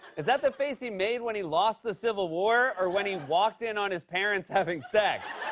is that the face he made when he lost the civil war or when he walked in on his parents having sex?